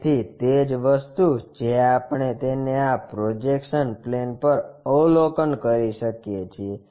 તેથી તે જ વસ્તુ જે આપણે તેને આ પ્રોજેક્શન પ્લેન પર અવલોકન કરી શકીએ છીએ